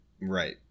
Right